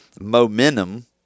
momentum